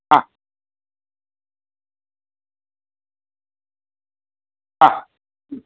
हा हा